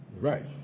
Right